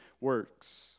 works